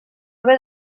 haver